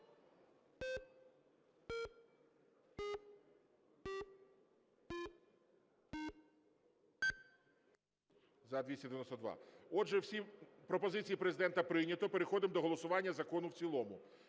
За-292 Отже, всі пропозиції Президента прийнято. Переходимо до голосування закону в цілому.